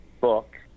book